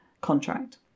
contract